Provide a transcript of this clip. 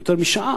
יותר משעה.